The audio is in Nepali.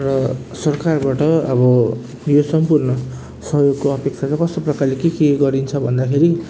र सरकारबाट अब यो सम्पूर्ण सहयोगको अपेक्षा चाहिँ कस्तो प्रकारले के के गरिन्छ भन्दाखेरि